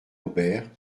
aubert